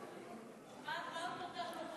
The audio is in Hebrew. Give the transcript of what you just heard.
מה עוד נותר לומר.